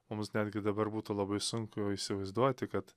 mums netgi dabar būtų labai sunku įsivaizduoti kad